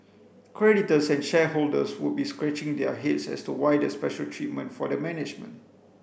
creditors and shareholders would be scratching their heads as to why the special treatment for the management